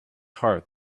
heart